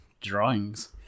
Drawings